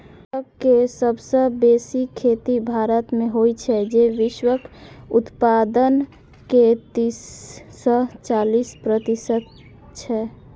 अदरक के सबसं बेसी खेती भारत मे होइ छै, जे वैश्विक उत्पादन के तीस सं चालीस प्रतिशत छै